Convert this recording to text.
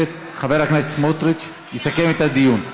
חבר הכנסת סמוטריץ יסכם את הדיון.